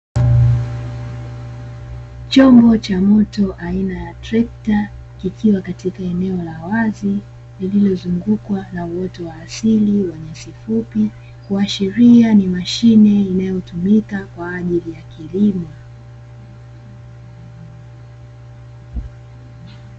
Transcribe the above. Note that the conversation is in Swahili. Chombo cha moto aina ya trekta kikiwa katika eneo la wazi, lililozungukwa na uoto wa asili wa nyasi fupi kuashiria ni mashine inayotumika kwa ajili ya kilimo.